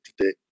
today